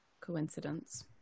coincidence